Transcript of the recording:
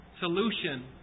solution